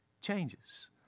changes